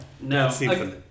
no